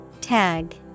Tag